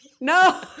No